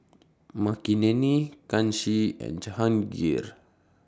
Makineni Kanshi and Jahangir